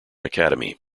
academy